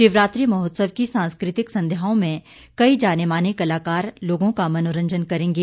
शिवरात्रि महोत्सव की सांस्कृतिक संध्याओं में कई जाने माने कलाकार लोगों का मनोरंजन करेंगे